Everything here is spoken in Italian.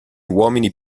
uomini